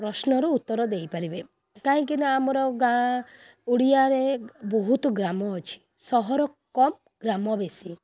ପ୍ରଶ୍ନର ଉତ୍ତର ଦେଇପାରିବେ କାହିଁକି ନାଁ ଆମର ଗାଁ ଓଡ଼ିଆରେ ବହୁତ ଗ୍ରାମ ଅଛି ସହର କମ୍ ଗ୍ରାମ ବେଶୀ